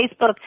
Facebook